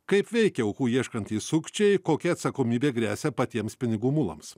kaip veikia aukų ieškantys sukčiai kokia atsakomybė gresia patiems pinigų mulams